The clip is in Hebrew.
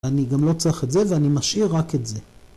‫אני גם לא צריך את זה ‫ואני משאיר רק את זה.